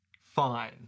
Fine